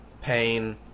pain